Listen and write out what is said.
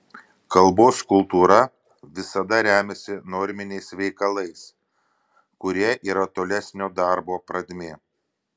kalbos kultūra visada remiasi norminiais veikalais kurie yra tolesnio darbo pradmė